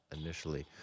initially